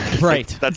right